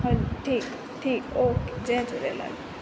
हलु ठीकु ठीकु आहे ओके जय झूलेलाल